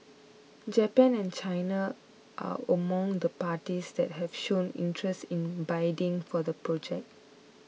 Japan and China are among the parties that have shown interest in bidding for the project